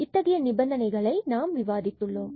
இத்தகைய நிபந்தனைகளை நாம் விவாதித்து உள்ளோம்